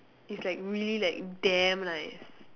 it's like really like damn nice